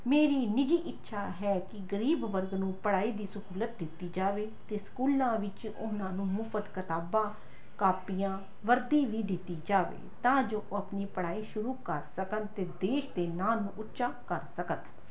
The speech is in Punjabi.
ਮੇਰੀ ਨਿਜੀ ਇੱਛਾ ਹੈ ਕਿ ਗਰੀਬ ਵਰਗ ਨੂੰ ਪੜ੍ਹਾਈ ਦੀ ਸਹੂਲਤ ਦਿੱਤੀ ਜਾਵੇ ਅਤੇ ਸਕੂਲਾਂ ਵਿੱਚ ਉਹਨਾਂ ਨੂੰ ਮੁਫ਼ਤ ਕਿਤਾਬਾਂ ਕਾਪੀਆਂ ਵਰਦੀ ਵੀ ਦਿੱਤੀ ਜਾਵੇ ਤਾਂ ਜੋ ਉਹ ਆਪਣੀ ਪੜ੍ਹਾਈ ਸ਼ੁਰੂ ਕਰ ਸਕਣ ਅਤੇ ਦੇਸ਼ ਦੇ ਨਾਮ ਨੂੰ ਉੱਚਾ ਕਰ ਸਕਣ